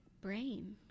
brain